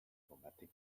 chromatic